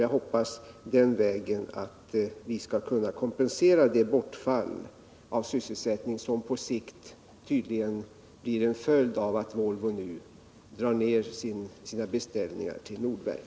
Jag hoppas att vi den vägen skall kunna kompensera det bortfall av sysselsättning som på sikt tydligen blir en följd av att Volvo drar ner sina beställningar till Nordverk.